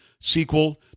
sequel